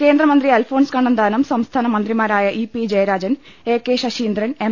കേന്ദ്രമന്ത്രി അൽഫോൻസ് കണ്ണന്താനം സംസ്ഥാന മന്ത്രിമാരായ ഇ പി ജയരാജൻ എ കെ ശശീന്ദ്രൻ എം